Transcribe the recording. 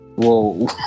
Whoa